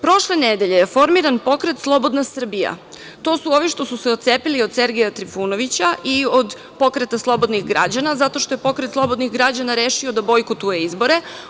Prošle nedelje je formiran pokret „Slobodna Srbija“, to su ovi što su se otcepili od Sergeja Trifunovića i od „Pokreta slobodnih građana“ zato što je „Pokret slobodnih građana“ rešio da bojkotuje izbore.